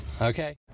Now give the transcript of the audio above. Okay